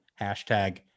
Hashtag